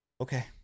Okay